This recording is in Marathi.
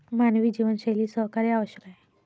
मानवी जीवनशैलीत सहकार्य आवश्यक आहे